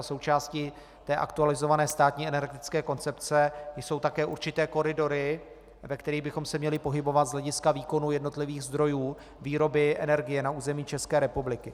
Součástí aktualizované státní energetické koncepce jsou také určité koridory, ve kterých bychom se měli pohybovat z hlediska výkonu jednotlivých zdrojů výroby energie na území České republiky.